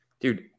Dude